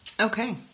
Okay